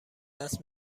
است